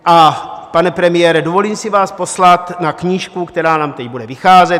A pane premiére, dovolím si vás poslat na knížku, která nám teď bude vycházet.